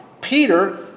Peter